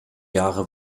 jahre